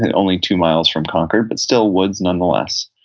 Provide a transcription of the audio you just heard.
and only two miles from concord, but still woods nonetheless.